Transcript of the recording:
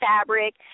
fabric